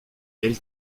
elle